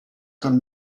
con